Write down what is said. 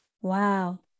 Wow